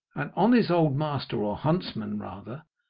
and on his old master, or huntsman rather,